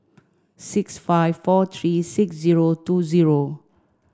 six five four three six zero two zero